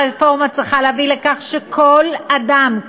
הרפורמה צריכה להביא לכך שכל אדם,